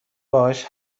باهاش